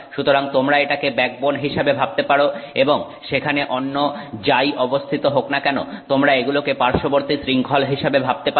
সুতরাং তোমরা এটাকে ব্যাকবোন হিসাবে ভাবতে পারো এবং সেখানে অন্য যাই অবস্থিত হোক না কেন তোমরা এগুলোকে পার্শ্ববর্তী শৃংখল হিসাবে ভাবতে পারো